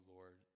Lord